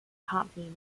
company